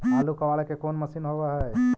आलू कबाड़े के कोन मशिन होब है?